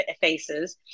faces